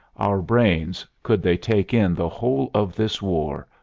our brains, could they take in the whole of this war,